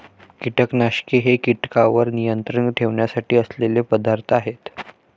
कीटकनाशके हे कीटकांवर नियंत्रण ठेवण्यासाठी असलेले पदार्थ आहेत